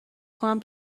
کنم